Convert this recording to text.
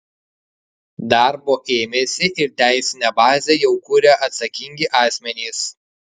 darbo ėmėsi ir teisinę bazę jau kuria atsakingi asmenys